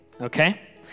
okay